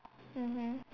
mmhmm